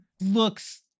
looks